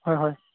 হয় হয়